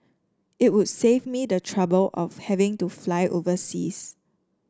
it would save me the trouble of having to fly overseas